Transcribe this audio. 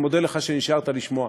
אני מודה לך שנשארת לשמוע,